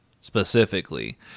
specifically